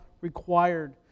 required